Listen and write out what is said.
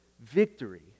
Victory